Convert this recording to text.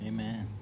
Amen